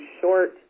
short